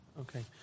Okay